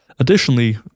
Additionally